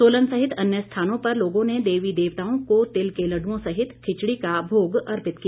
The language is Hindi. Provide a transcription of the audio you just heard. सोलन सहित अन्य स्थानों पर लोगों ने देवी देवताओं को तिल के लड्डुओं सहित खिचड़ी का भोग अर्पित किया